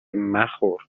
مخور